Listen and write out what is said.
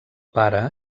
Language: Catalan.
pare